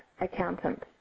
accountant